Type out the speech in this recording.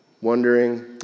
Wondering